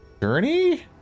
Journey